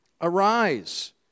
Arise